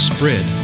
Spread